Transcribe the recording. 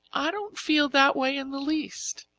i don't feel that way in the least.